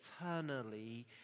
eternally